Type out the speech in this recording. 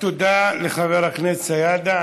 תודה לחבר הכנסת סידה.